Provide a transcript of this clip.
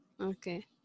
Okay